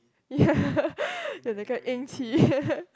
ya got that kind of